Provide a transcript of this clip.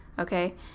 okay